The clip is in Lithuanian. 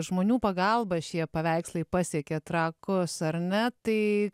žmonių pagalba šie paveikslai pasiekė trakus ar ne tai